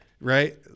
Right